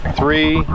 three